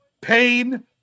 pain